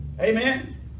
Amen